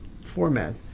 format